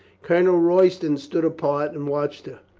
colonel royston stood apart and watched her,